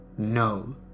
No